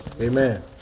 Amen